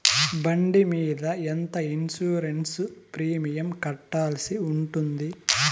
బండి మీద ఎంత ఇన్సూరెన్సు ప్రీమియం కట్టాల్సి ఉంటుంది?